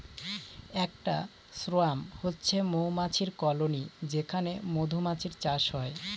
একটা সোয়ার্ম হচ্ছে মৌমাছির কলোনি যেখানে মধুমাছির চাষ হয়